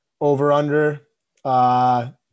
Over-under